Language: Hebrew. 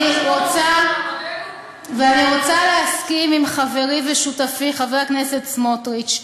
אני רוצה להסכים עם חברי ושותפי חבר הכנסת סמוטריץ.